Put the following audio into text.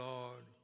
Lord